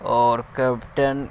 اور کرپٹن